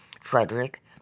Frederick